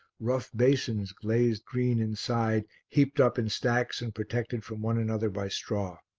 rough basins glazed green inside, heaped up in stacks and protected from one another by straw.